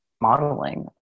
modeling